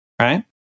right